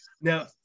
Now